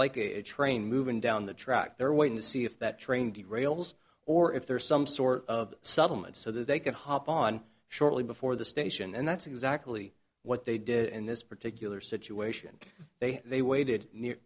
like a train moving down the track they're waiting to see if that train derails or if there's some sort of settlement so they can hop on shortly before the station and that's exactly what they did in this particular situation they they waited near